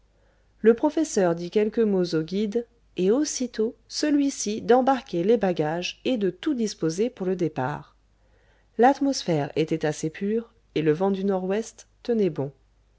le professeur dit quelques mots au guide et aussitôt celui-ci d'embarquer les bagages et de tout disposer pour le départ l'atmosphère était assez pure et le vent du nord-ouest tenait bon